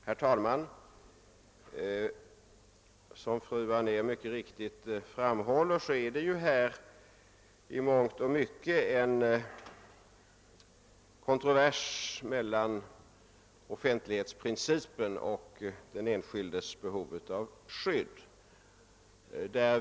Herr talman! Som fru Anér mycket riktigt framhåller rör det sig här i mångt och mycket om en kontrovers mellan offentlighetsprincipen och den enskildes behov av skydd.